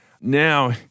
Now